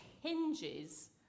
hinges